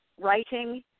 Writing